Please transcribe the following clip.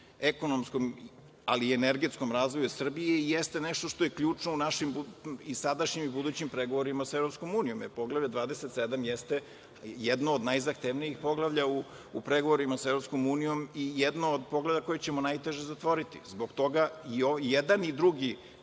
ekonomskom, ali i energetskom razvoju Srbije i jeste nešto što je ključno u našim sadašnjim i budućim pregovorima sa EU, jer poglavlje 27 jeste jedno od najzahtevnijih poglavlja u pregovorima sa EU i jedno od poglavlja koje ćemo najteže zatvoriti. Zbog toga i jedan i drugi